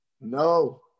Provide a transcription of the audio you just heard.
No